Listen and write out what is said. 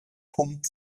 pump